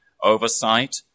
oversight